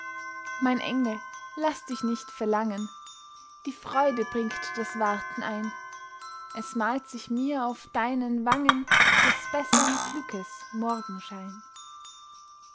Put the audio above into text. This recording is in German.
mein engel laß dich nicht verlangen die freude bringt das warten ein es malt sich mir auf deinen wangen des bessern glückes morgenschein